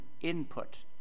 input